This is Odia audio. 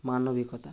ମାନବିକତା